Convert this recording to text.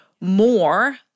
more